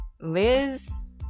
Liz